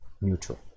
neutral